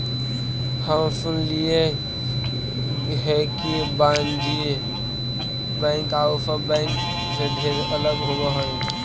हम सुनलियई हे कि वाणिज्य बैंक आउ सब बैंक से ढेर अलग होब हई